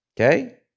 Okay